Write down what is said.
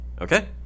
Okay